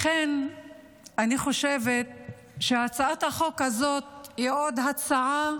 לכן אני חושבת שהצעת החוק הזאת היא עוד הצעה